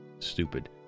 stupid